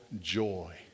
joy